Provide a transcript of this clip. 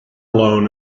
loan